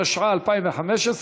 התשע"ה 2015,